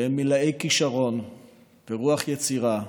והם מלאי כישרון ורוח יצירה.